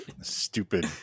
stupid